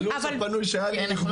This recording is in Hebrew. עזבי רגע את התוכנית החדשה,